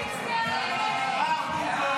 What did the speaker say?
ההצעה להעביר את הצעת חוק הפצת שידורים